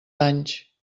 anys